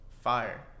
fire